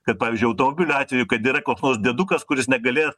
kad pavyzdžiui automobilių atvejų kad yra koks nors diedukas kuris negalės